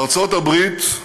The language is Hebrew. ארצות-הברית,